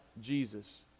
Jesus